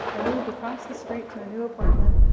i moved across the street to a new apartment,